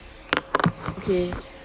okay